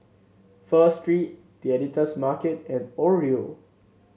Pho Street The Editor's Market and Oreo